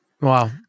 Wow